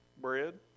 Bread